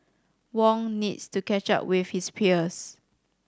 Wong needs to catch up with his peers